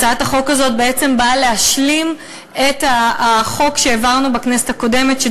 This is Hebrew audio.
הצעת החוק הזאת בעצם באה להשלים את החוק שהעברנו בכנסת הקודמת על